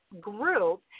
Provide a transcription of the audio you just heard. group